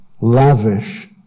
lavish